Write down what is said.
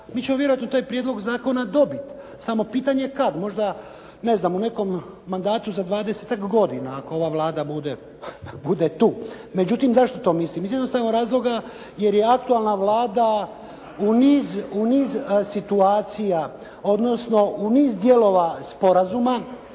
Mi ćemo vjerojatno taj prijedlog zakona dobiti samo pitanje je kad. Možda ne znam u nekom mandatu za dvadesetak godina ako ova Vlada bude tu. Međutim, zašto to mislim. Iz jednostavnog razloga jer je aktualna Vlada u niz situacija odnosno u niz dijelova sporazuma,